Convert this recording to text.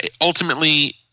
Ultimately